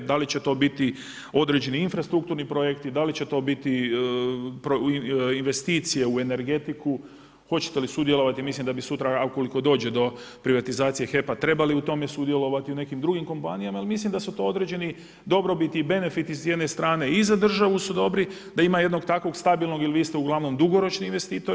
Da li će to biti određeni infrastrukturni projekti, da li će to biti investicije u energetiku, hoćete li sudjelovati, mislim da bi sutra ukoliko dođe do privatizacije HEP-a trebali u tome sudjelovati, u nekim drugim kompanijama jer mislim da su to određeni dobrobiti i benefiti s jedne strane i za državu su dobri da ima jednog takvog stabilnog jer vi ste uglavnom dugoročni investitori.